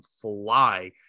fly